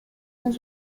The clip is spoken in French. cent